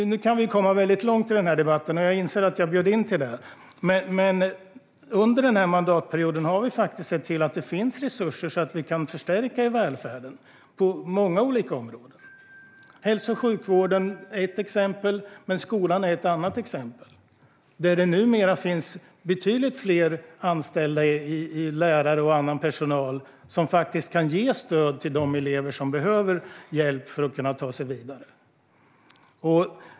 Nu kan vi komma väldigt långt i denna debatt, och jag inser att jag bjöd in till det. Under denna mandatperiod har vi sett till att det finns resurser så att vi kan förstärka välfärden på många olika områden. Hälso och sjukvården är ett exempel, och skolan är ett annat. Där finns numera betydligt fler anställda - lärare och annan personal - som kan ge stöd till elever som behöver hjälp för att kunna ta sig vidare.